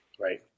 Right